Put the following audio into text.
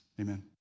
Amen